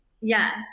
Yes